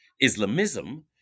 Islamism